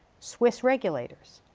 swiss regulators.